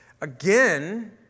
again